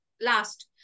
last